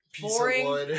boring